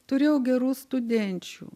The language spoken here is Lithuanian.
turėjau gerų studenčių